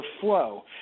flow